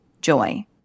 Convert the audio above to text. joy